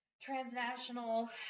transnational